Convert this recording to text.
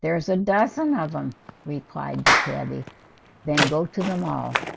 there's a dozen of them replied the cabbie then go to them all